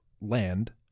land